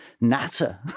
natter